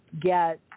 get